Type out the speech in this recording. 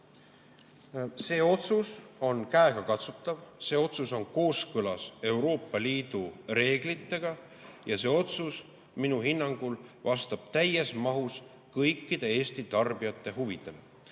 See otsus on käegakatsutav, see otsus on kooskõlas Euroopa Liidu reeglitega ja see otsus minu hinnangul vastab täies mahus kõikide Eesti tarbijate huvidele.